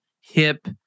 hip